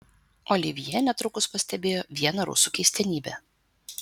olivjė netrukus pastebėjo vieną rusų keistenybę